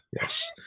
yes